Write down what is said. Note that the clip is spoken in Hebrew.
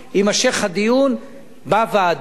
יימשך הדיון בוועדה.